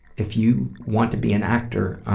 if you want to be an actor,